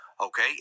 Okay